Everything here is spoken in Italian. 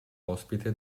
ospite